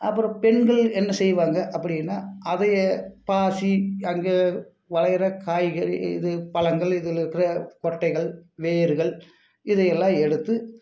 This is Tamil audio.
அப்பறம் பெண்கள் என்ன செய்வாங்க அப்படின்னா அதை பாசி அங்கே வெளைகிற காய்கறி இது பழங்கள் இதில் இருக்கிற கொட்டைகள் வேர்கள் இதை எல்லாம் எடுத்து